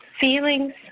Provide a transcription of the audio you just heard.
feelings